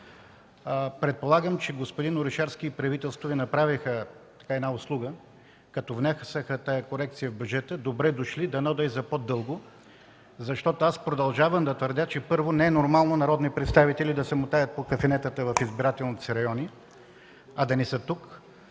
Предполагам, че господин Орешарски и правителството Ви направиха една услуга, като внесоха тази корекция в бюджета. Добре дошли, дано да е за по-дълго. Продължавам да твърдя, че, първо, не е нормално народни представители да се мотаят в кафенетата в избирателните си райони. Второ, нормално